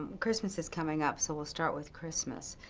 christmas is coming up, so we'll start with christmas.